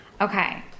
Okay